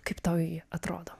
kaip tau ji atrodo